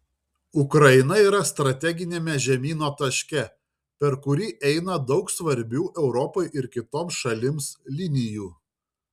ukraina yra strateginiame žemyno taške per kurį eina daug svarbių europai ir kitoms šalims linijų